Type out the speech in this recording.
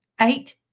eight